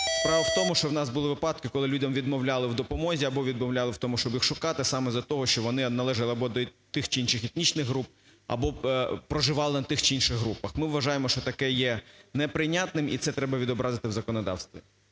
Справа в тому, що у нас були випадки, коли людям відмовляли в допомозі або відмовляли в тому, щоб їх шукати, саме із-за того, що вони належали або до тих чи інших етнічних груп або проживали на тих чи інших групах. Ми вважаємо, що таке є неприйнятним, і це треба відобразити в законодавстві.